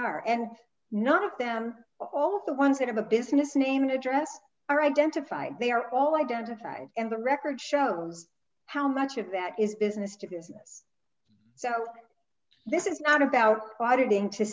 are and not them all the ones that have a business name and address are identified they are all identified and the record shows how much of that is business to business so this is not about quoting to